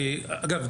אגב,